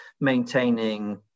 maintaining